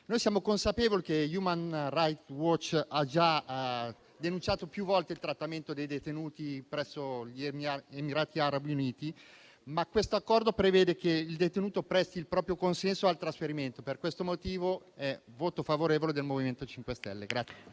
Siamo consapevoli che Human rights watch ha già denunciato più volte il trattamento dei detenuti presso gli Emirati Arabi Uniti, ma questo Accordo prevede che il detenuto presti il proprio consenso al trasferimento. Per questo motivo il Gruppo MoVimento 5 Stelle esprimerà